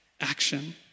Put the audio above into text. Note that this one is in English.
action